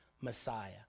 Messiah